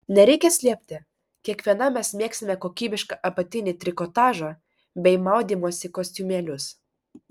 nereikia slėpti kiekviena mes mėgstame kokybišką apatinį trikotažą bei maudymosi kostiumėlius